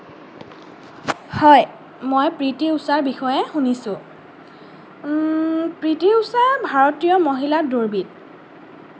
হয় মই P T ঊষাৰ বিষয়ে শুনিছোঁ পি টি ঊষা ভাৰতীয় মহিলা দৌৰবিদ